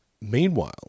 Meanwhile